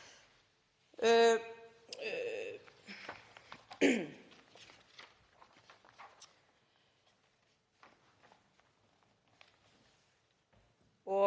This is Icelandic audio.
Það